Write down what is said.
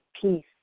peace